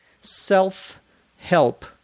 Self-help